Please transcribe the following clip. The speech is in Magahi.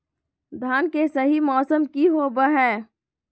धान के सही मौसम की होवय हैय?